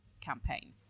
campaign